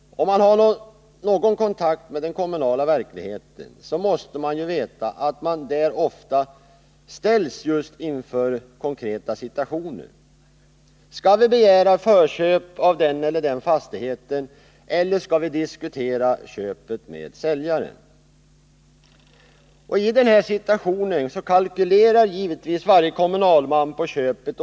Den som har någon kontakt med den kommunala verkligheten vet att man där ofta ställs inför konkreta situationer av denna typ: Skall vi begära förköp av den eller den fastigheten, eller skall vi diskutera köpet med säljaren? I den här situationen kalkylerar givetvis varje kommunalman på köpet.